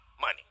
money